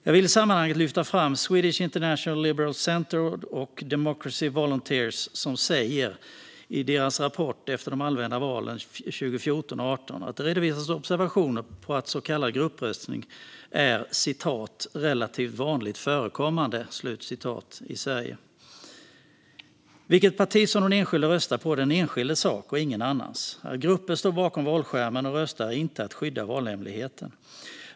Jag vill i sammanhanget lyfta fram att Swedish International Liberal Centre och Democracy Volunteers i sina rapporter efter de allmänna valen 2014 och 2018 säger att det har redovisats observationer om att så kallad gruppröstning är relativt vanligt förekommande i Sverige. Vilket parti den enskilde röstar på är den enskildes sak och ingen annans. Att grupper står bakom valskärmen och röstar innebär att valhemligheten inte skyddas.